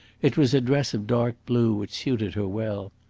it was a dress of dark blue which suited her well.